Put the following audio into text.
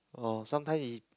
oh sometime he